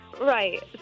Right